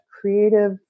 creative